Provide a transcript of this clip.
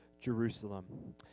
jerusalem